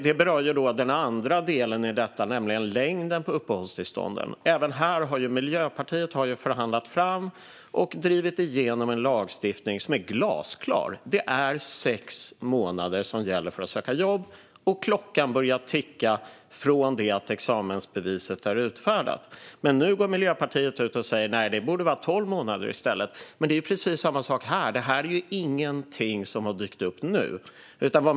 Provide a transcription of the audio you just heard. Det berör den andra delen i detta, nämligen längden på uppehållstillstånden. Även här har Miljöpartiet förhandlat fram och drivit igenom en lagstiftning som är glasklar. Det är sex månader som gäller för att söka jobb, och klockan börjar ticka från att examensbeviset är utfärdat. Men nu går Miljöpartiet ut och säger: Nej, det borde vara tolv månader i stället. Det är precis samma sak här; det här är ingenting som har dykt upp nu.